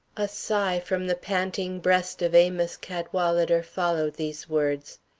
a sigh from the panting breast of amos cadwalader followed these words.